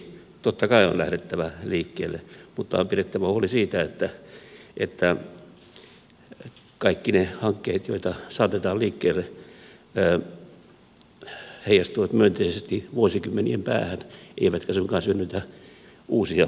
totta kai on lähdettävä liikkeelle mutta on pidettävä huoli siitä että kaikki ne hankkeet joita saatetaan liikkeelle heijastuvat myönteisesti vuosikymmenien päähän eivätkä suinkaan synnytä uusia ongelmia